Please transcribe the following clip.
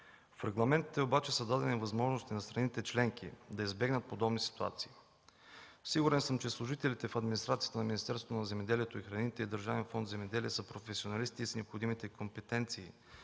В регламентите обаче са дадени възможности на страните членки да избегнат подобни ситуации. Сигурен съм, че служителите в администрацията на Министерството на земеделието и храните и Държавен фонд „Земеделие” са професионалисти и с необходимите компетенции